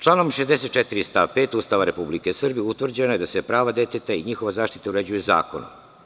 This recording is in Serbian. Članom 64. stav 5. Ustava Republike Srbije utvrđeno je da se prava deteta i njihova zaštita uređuju zakonom.